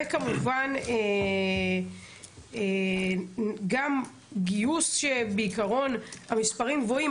וכמובן גם גיוס, שבעיקרון המספרים גבוהים.